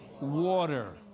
water